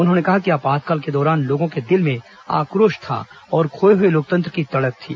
उन्होंने कहा कि आपातकाल के दौरान लोगों के दिल में आक्रोश था और खोये हुए लोकतंत्र की तड़प थी